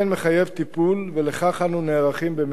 מחייב טיפול ולכך אנו נערכים במרץ.